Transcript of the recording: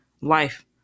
Life